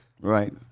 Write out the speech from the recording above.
Right